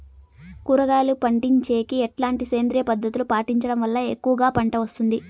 కూరగాయలు పండించేకి ఎట్లాంటి సేంద్రియ పద్ధతులు పాటించడం వల్ల ఎక్కువగా పంట వస్తుంది?